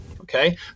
okay